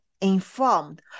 informed